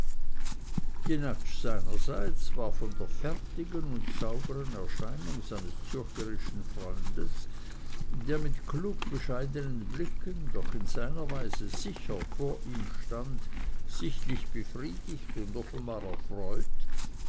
jenatsch seinerseits war von der fertigen und saubern erscheinung seines zürcherischen freundes der mit klug bescheidenen blicken doch in seiner weise sicher vor ihm stand sichtlich befriedigt und offenbar erfreut